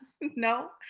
No